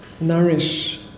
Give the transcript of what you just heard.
nourish